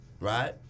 right